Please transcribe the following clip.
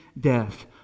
death